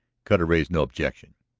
cutter raised no objection.